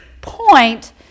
point